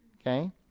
Okay